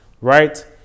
right